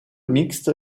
mixte